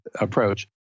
approach